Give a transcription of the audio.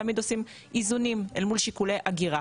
תמיד עושים איזונים אל מול שיקולי הגירה,